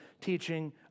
teaching